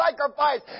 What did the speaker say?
sacrifice